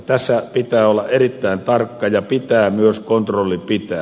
tässä pitää olla erittäin tarkka ja pitää myös kontrollin pitää